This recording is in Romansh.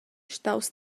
staus